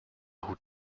hut